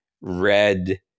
red